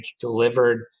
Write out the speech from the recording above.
delivered